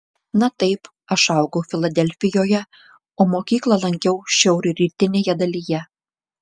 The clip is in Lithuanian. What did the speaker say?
na taip aš augau filadelfijoje o mokyklą lankiau šiaurrytinėje dalyje